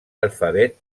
alphabet